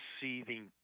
seething